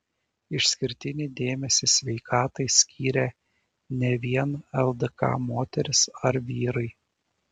išskirtinį dėmesį sveikatai skyrė ne vien ldk moterys ar vyrai